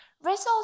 results